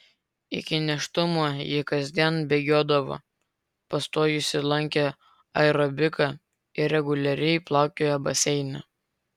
iki nėštumo ji kasdien bėgiodavo pastojusi lankė aerobiką ir reguliariai plaukiojo baseine